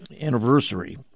anniversary